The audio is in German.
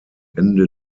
ende